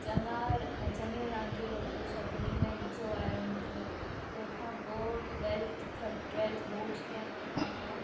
चङा चङियूं रांदियूं रमियूं सभिनी में मजो आयो मूंखे तंहिंखां पोइ ट्वैल्थ खां ट्वैल्थ बोर्ड ॾियण खां पोइ